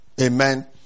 Amen